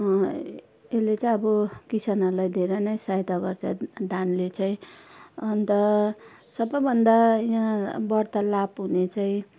यसले चाहिँ अब किसानहरूलाई धेरै नै सहायता गर्छ धानले चाहिँ अन्त सबैभन्दा यहाँ बढ्ता लाभ हुने चाहिँ